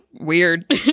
weird